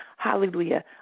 Hallelujah